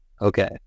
Okay